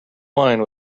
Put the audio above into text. wine